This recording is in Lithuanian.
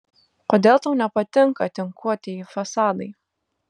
kodėl tau nepatinka tinkuotieji fasadai